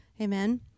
Amen